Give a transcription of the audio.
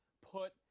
put